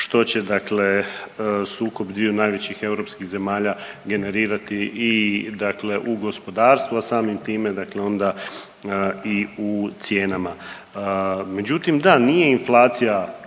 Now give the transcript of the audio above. što će sukob dviju najvećih europskih zemalja generirati i u gospodarstvu, a samim time onda i u cijenama. Međutim, da nije inflacija